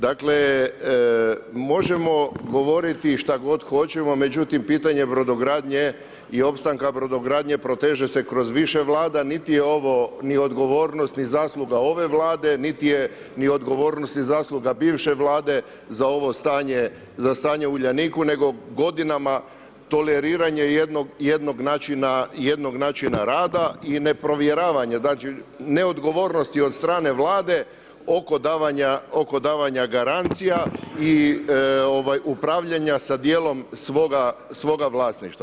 Dakle, možemo govoriti što god hoćemo, međutim pitanje brodogradnje i opstanka brodogradnje proteže se kroz više Vlada, niti je ovo ni odgovornost ni zasluga ove Vlade niti je ni odgovornost i zasluga bivše Vlade za ovo stanje, za stanje u Uljaniku nego godinama toleriranje jednog načina rada i neprovjeravanje, znači neodgovornosti od strane Vlade oko davanja garancija i upravljanja sa dijelom svoga vlasništva.